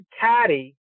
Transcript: caddy